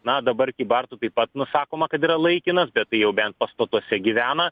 na dabar kybartų taip pat nu sakoma kad yra laikina bet tai jau bent pastatuose gyvena